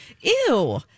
ew